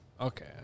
Okay